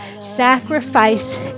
sacrifice